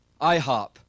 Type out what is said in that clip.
IHOP